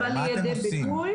מה אתם עושים.